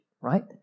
right